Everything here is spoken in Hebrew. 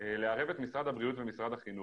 לערב את משרד הבריאות ואת משרד החינוך.